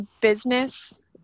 business